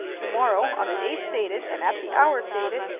tomorrow, on the day stated and at the hour stated,